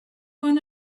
one